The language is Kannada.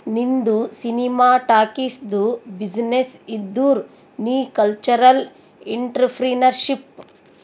ನಿಂದು ಸಿನಿಮಾ ಟಾಕೀಸ್ದು ಬಿಸಿನ್ನೆಸ್ ಇದ್ದುರ್ ನೀ ಕಲ್ಚರಲ್ ಇಂಟ್ರಪ್ರಿನರ್ಶಿಪ್